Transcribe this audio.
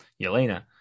Yelena